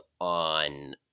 on